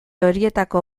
horietako